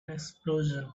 explosion